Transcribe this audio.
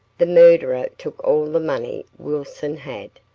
the murderer took all the money wilson had,